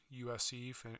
USC